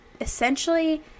essentially